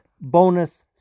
bonus